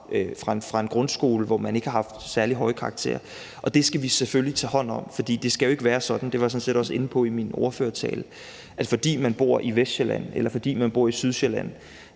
fra en grundskole, hvor man ikke har haft særlig høje karakterer, og det skal vi selvfølgelig tage hånd om. For det skal jo ikke være sådan, og det var jeg sådan set også inde på i min ordførertale, at fordi man bor på Vestsjælland eller fordi man bor på Sydsjælland,